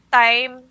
time